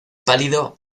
pálido